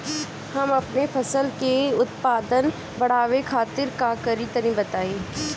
हम अपने फसल के उत्पादन बड़ावे खातिर का करी टनी बताई?